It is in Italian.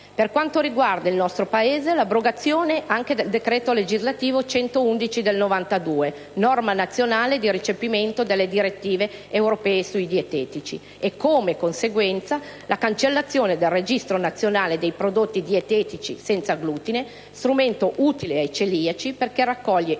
per quanto riguarda il nostro Paese, l'abrogazione del decreto legislativo 27 gennaio 1992, n. 111 (norma nazionale di recepimento delle direttive europee sui dietetici), e, come conseguenza, la cancellazione dal Registro nazionale dei prodotti dietetici senza glutine, strumento utile ai celiaci perché raccoglie i